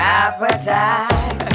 appetite